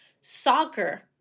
soccer